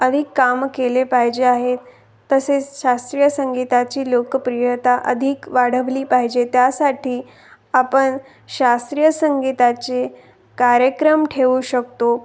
अधिक कामं केले पाहिजे आहेत तसेच शास्त्रीय संगीताची लोकप्रियता अधिक वाढवली पाहिजे त्यासाठी आपण शास्त्रीय संगीताचे कार्यक्रम ठेऊ शकतो